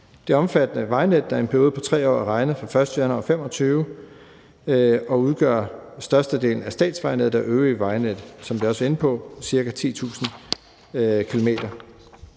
Det omfattede vejnet – i en periode på 3 år at regne fra den 1. januar 2025 – udgør størstedelen af statsvejnettet og øvrige vejnet, som vi også var inde på, altså ca. 10.000 km.